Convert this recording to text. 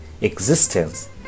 existence